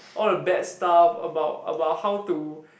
all the bad stuff about about how to